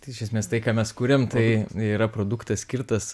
iš esmės tai ką mes kuriam tai yra produktas skirtas